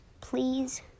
Please